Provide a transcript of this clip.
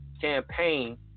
campaign